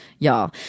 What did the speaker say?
Y'all